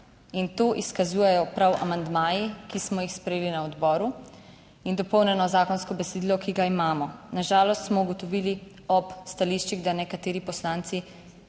In to izkazujejo prav amandmaji, ki smo jih sprejeli na odboru in dopolnjeno zakonsko besedilo, ki ga imamo. Na žalost smo ugotovili ob stališčih, da nekateri poslanci